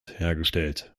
hergestellt